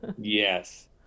Yes